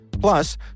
Plus